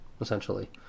essentially